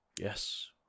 Yes